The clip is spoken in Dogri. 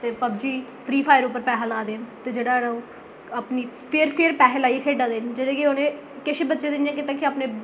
ते पबजी फ्री फायर पर पैहा लादे न ते जेह्ड़ा ओह् अपनी फैर फैर पैहा लाइयै खेढा दे न जेह्ड़ा कि उ'नें किश बच्चें इ'यां कीता के अपने पैहे